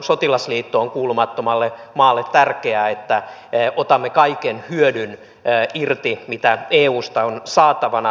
sotilasliittoon kuulumattomalle maalle on tärkeää että otamme kaiken hyödyn irti mitä eusta on saatavana